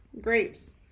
grapes